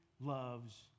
loves